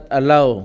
allow